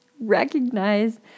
recognize